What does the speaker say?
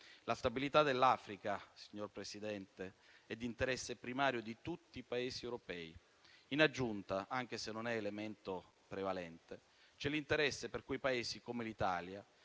La stabilità dell'Africa, signor Presidente, è di interesse primario di tutti i Paesi europei. In aggiunta, anche se non è elemento prevalente, c'è l'interesse per quei Paesi come l'Italia,